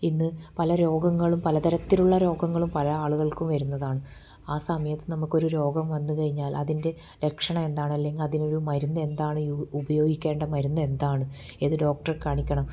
ഇന്ന് പല രോഗങ്ങളും പലതരത്തിലുള്ള രോഗങ്ങളും പല ആളുകൾക്കും വരുന്നതാണ് ആ സമയത്ത് നമുക്കൊരു രോഗം വന്നുകഴിഞ്ഞാൽ അതിൻ്റെ ലക്ഷണം എന്താണ് അല്ലെങ്കിൽ അതിനൊരു മരുന്ന് എന്താണ് ഉപയോഗിക്കേണ്ടത് മരുന്ന് എന്താണ് ഏത് ഡോക്ടറെ കാണിക്കണം